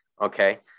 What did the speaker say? Okay